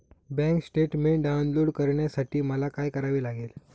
Bank statement download करण्यासाठी मला काय करावे लागेल?